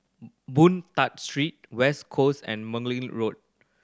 Boon Tat Street West Coast and Margoliouth Road